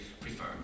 prefer